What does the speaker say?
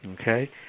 okay